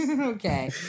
okay